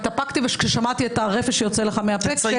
התאפקתי כששמעתי את הרפש שיוצא לך מהפה.